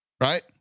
Right